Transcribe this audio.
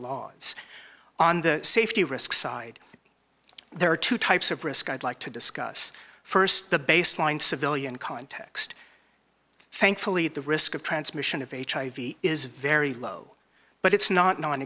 laws on the safety risk side there are two types of risk i'd like to discuss st the baseline civilian context thankfully the risk of transmission of hiv is very low but it's not non